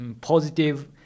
positive